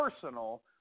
personal